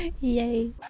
yay